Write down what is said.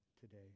today